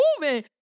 moving